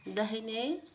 दाहिने